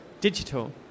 digital